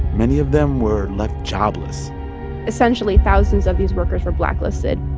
many of them were left jobless essentially, thousands of these workers were blacklisted